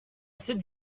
cette